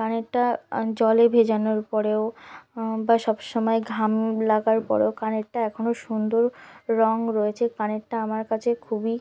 কানেরটা জলে ভেজানোর পরেও বা সব সময় ঘাম লাগার পরেও কানেরটা এখনও সুন্দর রঙ রয়েছে কানেরটা আমার কাছে খুবই